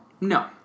No